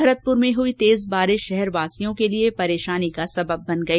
भरतपुर में हुई तेज वर्षा शहरवासियों के लिये परेशानी का सबब बन गई